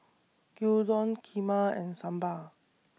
Gyudon Kheema and Sambar